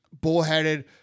bullheaded